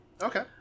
okay